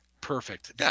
perfect